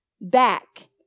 back